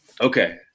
Okay